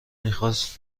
میخواست